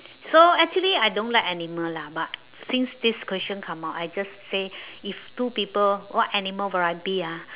so actually I don't like animal lah but since this question come out I just say if two people what animal would I be ah